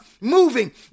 moving